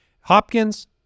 Hopkins